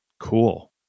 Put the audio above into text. cool